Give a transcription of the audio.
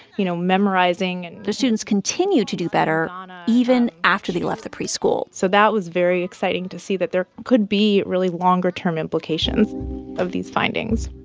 you know, memorizing and. the students continued to do better ah even after they left the preschool so that was very exciting to see that there could be really longer-term implications of these findings